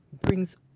brings